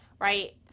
right